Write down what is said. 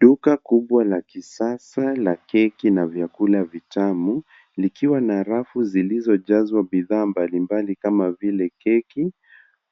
Duka kubwa la kisasa la keki na vyakula vitamu likiwa na rafu zilizojazwa bidhaa mbalimbali kama vile keki